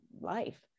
life